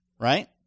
right